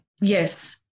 Yes